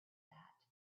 that